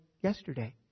yesterday